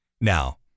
Now